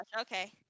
okay